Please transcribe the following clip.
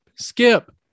Skip